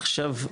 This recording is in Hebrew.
עכשיו,